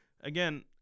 again